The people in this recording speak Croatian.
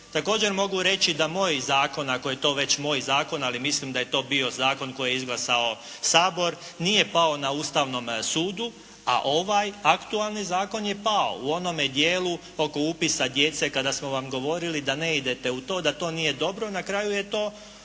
Također mogu reći da moj zakon ako je to već moj zakon ali mislim da je to bio zakon koji je izglasao Sabor nije pao na Ustavnom sudu a ovaj aktualni zakon je pao u onome dijelu oko upisa djece kada smo vam govorili da ne idete u to, da to nije dobro na kraju je to palo.